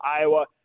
Iowa